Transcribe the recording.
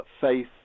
faith